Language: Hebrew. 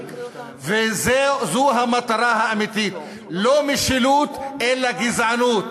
זו המטרה האמיתית, לא משילות, אלא גזענות,